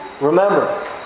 remember